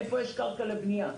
איפה יש קרקע לבנייה?